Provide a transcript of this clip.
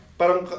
parang